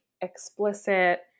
explicit